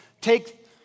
take